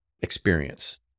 experience